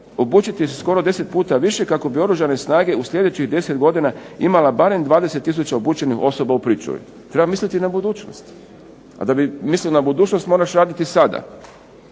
obučiti skoro 10 puta više kako bi oružane snage u sljedećih 10 godina imala barem 20 tisuća obučenih osoba u pričuvi. Treba misliti na budućnost. A da bi mislili na budućnost moraš raditi sada.